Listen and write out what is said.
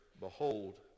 behold